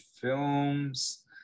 films